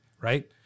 Right